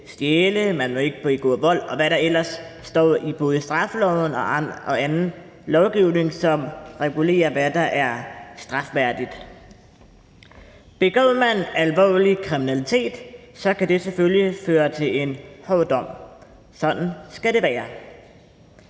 stjæle, man må ikke begå vold, og hvad der ellers står i både straffeloven og anden lovgivning, som regulerer, hvad der er strafværdigt. Begår man alvorlig kriminalitet, kan det selvfølgelig føre til en hård dom. Sådan skal det være.